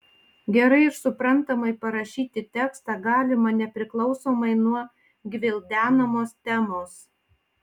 gerai ir suprantamai parašyti tekstą galima nepriklausomai nuo gvildenamos temos